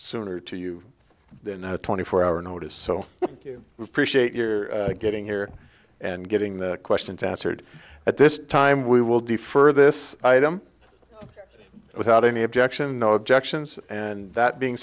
sooner to you than the twenty four hour notice so you appreciate your getting here and getting the questions answered at this time we will defer this item without any objection no objections and that being